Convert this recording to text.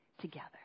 together